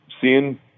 seeing